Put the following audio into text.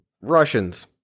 Russians